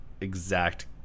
exact